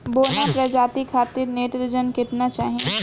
बौना प्रजाति खातिर नेत्रजन केतना चाही?